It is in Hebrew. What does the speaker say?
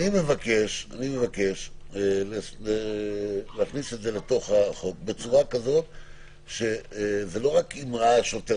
אני מבקש להכניס את זה לתוך החוק בצורה כזאת שזה לא רק אם ראה שוטר.